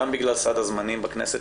גם בגלל סד הזמנים בכנסת,